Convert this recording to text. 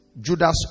Judas